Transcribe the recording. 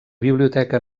biblioteca